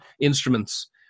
instruments